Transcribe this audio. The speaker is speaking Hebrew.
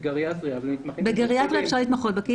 בגריאטריה אפשר להתמחות בקהילה.